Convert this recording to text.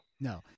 no